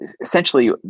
essentially